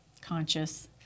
conscious